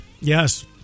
Yes